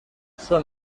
son